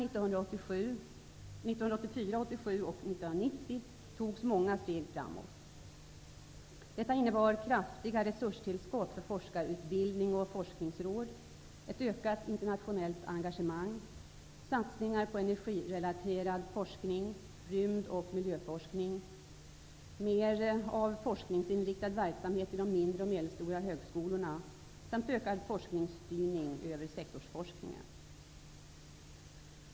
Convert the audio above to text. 1990 togs många steg framåt. Detta innebar kraftiga resurstillskott för forskarutbildning och forskningsråd, ett ökat internationellt engagemang, satsningar på energirelaterad forskning, rymd och miljöforskning, mer av forskningsinriktad verkamhet vid de mindre och medelstora högskolorna samt ökad forskningsstyrning över sektorsforskningen.